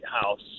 House